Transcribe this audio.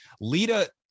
Lita